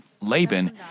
Laban